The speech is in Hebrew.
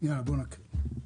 נמשיך לקרוא.